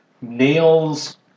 nails